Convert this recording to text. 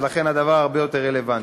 ולכן הדבר הרבה יותר רלוונטי.